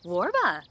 Warba